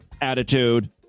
attitude